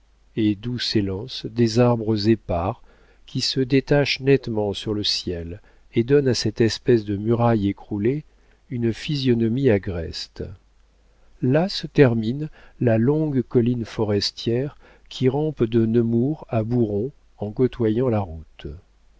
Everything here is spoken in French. et d'où s'élancent des arbres épars qui se détachent nettement sur le ciel et donnent à cette espèce de muraille écroulée une physionomie agreste là se termine la longue colline forestière qui rampe de nemours à bouron en côtoyant la route